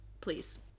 please